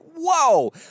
whoa